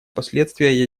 последствия